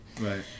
Right